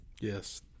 Yes